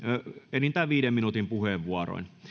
enintään viiden minuutin puheenvuoroin